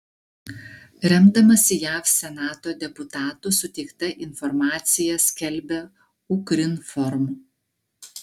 remdamasi jav senato deputatų suteikta informacija skelbia ukrinform